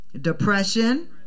Depression